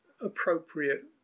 appropriate